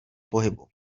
pohybu